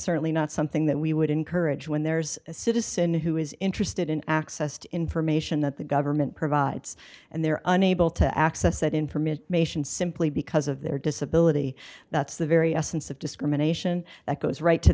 certainly not something that we would encourage when there's a citizen who is interested in access to information that the government provides and they're unable to access that information simply because of their disability that's the very essence of discrimination that goes right to